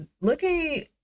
looking